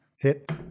Hit